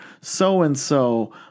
so-and-so